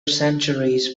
centuries